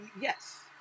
Yes